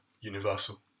universal